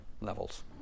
levels